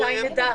מתי נדע?